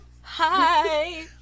Hi